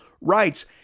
rights